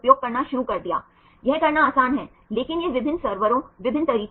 तो आर 1 से 20 तक भिन्न होता है